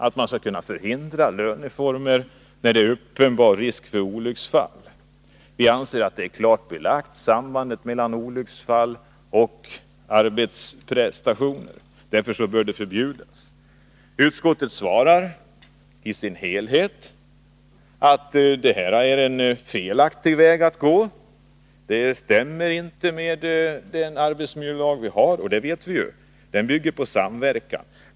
Det gäller att förhindra löneformer när det är uppenbar risk för olycksfall. Vi anser att sambandet mellan olycksfall och arbetsprestationer är klart belagt. Därför bör ackordsarbete förbjudas. Utskottet svarar att det är en felaktig väg att gå. Det överensstämmer inte med den arbetsmiljölag vi har, och det vet vi. Den bygger ju på samverkan.